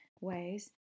ways